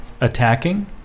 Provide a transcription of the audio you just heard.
attacking